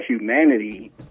humanity